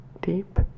deep